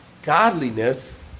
Godliness